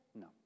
No